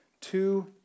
two